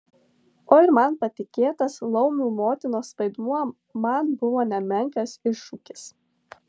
o ir man patikėtas laumių motinos vaidmuo man buvo nemenkas iššūkis